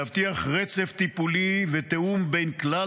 להבטיח רצף טיפולי ותיאום בין כלל